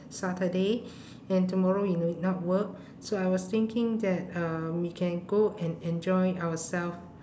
saturday and tomorrow you need not work so I was thinking that um we can go and enjoy ourself